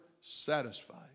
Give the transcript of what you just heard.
satisfied